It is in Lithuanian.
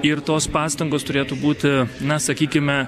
ir tos pastangos turėtų būti na sakykime